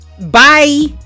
bye